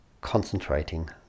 concentrating